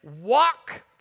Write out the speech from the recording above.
walk